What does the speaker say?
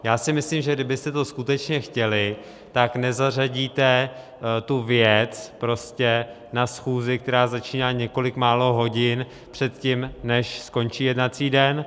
Já si myslím, že kdybyste to skutečně chtěli, nezařadíte tu věc na schůzi, která začíná několik málo hodin před tím, než skončí jednací den.